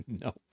no